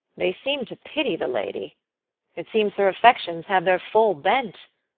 they seem to pity the lady it seems her affections have their full bent.